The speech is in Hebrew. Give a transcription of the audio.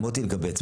מוטי אלקבץ,